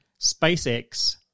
SpaceX